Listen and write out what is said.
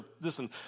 Listen